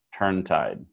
turntide